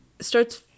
starts